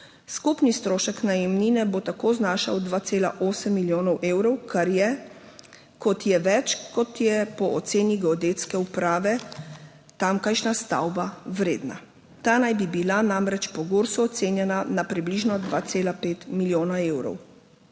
Skupni strošek najemnine bo tako znašal 2,8 milijonov evrov, kar je kot je več kot je po oceni geodetske uprave tamkajšnja stavba vredna. Ta naj bi bila namreč po GURS ocenjena na približno 2,5 milijona evrov.